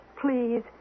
please